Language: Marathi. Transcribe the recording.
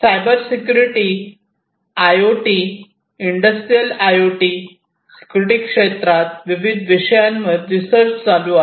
cyber security I O T industrial I O T security क्षेत्रात विविध विषयांवर रिसर्च चालू आहे